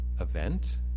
event